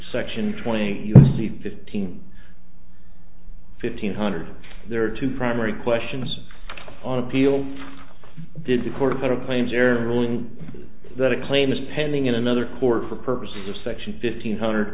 section twenty u s c fifteen fifteen hundred there are two primary questions on appeal did the court set a claim zero in that a claim is pending in another court for purposes of section fifteen hundred